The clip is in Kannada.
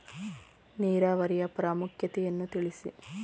ನೀರಾವರಿಯ ಪ್ರಾಮುಖ್ಯತೆ ಯನ್ನು ತಿಳಿಸಿ?